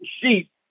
sheep